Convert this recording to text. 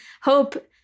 hope